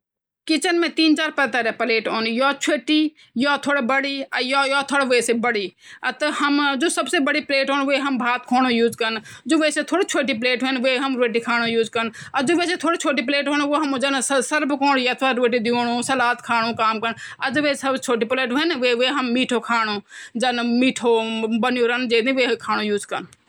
कुकुर अपना मालिक ते पहली ते प्यार से भोक्दु ची वे ते देखि ते पूँछ हिलांदु फिर वे पर वे मेथी बैठीं जम्प मरिकी बहुत जन्मप मरी मरी की बहुत वे पर देखुंदू की में ते पकड़ा भाई में ते पकड़ा और पकड़ के मालिक वे ते पकडु तब खुद वे ते जम्प मार्दु